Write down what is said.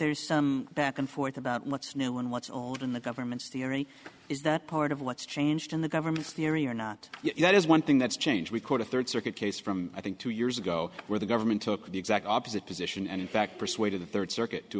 there's some back and forth about what's new and what's old in the government's theory is that part of what's changed in the government's theory or not yet is one thing that's changed we caught a third circuit case from i think two years ago where the government took the exact opposite position and in fact persuaded the third circuit to